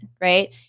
right